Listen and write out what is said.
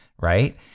right